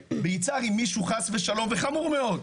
ביצהר עם מישהו חס ושלום, וחמור מאוד,